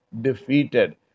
defeated